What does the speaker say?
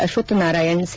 Ashwath Narayan C